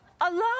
alone